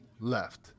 left